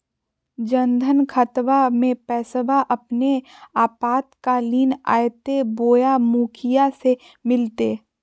जन धन खाताबा में पैसबा अपने आपातकालीन आयते बोया मुखिया से मिलते?